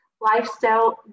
lifestyle